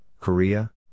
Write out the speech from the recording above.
Korea